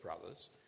brothers